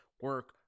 Work